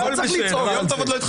אתה צריך לצעוק על זה.